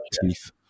teeth